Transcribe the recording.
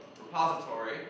repository